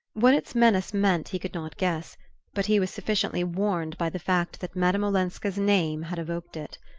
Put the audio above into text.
what its menace meant he could not guess but he was sufficiently warned by the fact that madame olenska's name had evoked it.